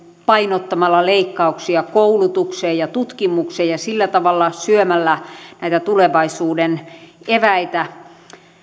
painottamalla leikkauksia koulutukseen ja tutkimukseen ja sillä tavalla syömällä näitä tulevaisuuden eväitä